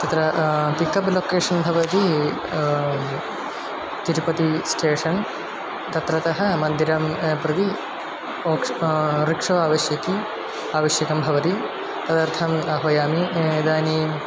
तत्र pickup location भवति तिरुपतिः स्टेशन् तत्रतः मन्दिरं प्रति ओक्ष् रिक्षो आवश्यकी आवश्यकं भवति तदर्थम् आह्वयामि इदानीं